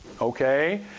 okay